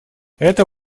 это